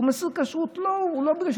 ולא בכדי.